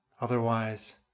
Otherwise